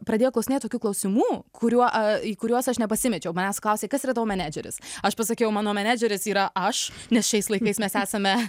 pradėjo klausinėt tokių klausimų kuriuo į kuriuos aš nepasimečiau manęs klausė kas yra tavo menedžeris aš pasakiau mano menedžeris yra aš nes šiais laikais mes esame